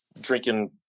drinking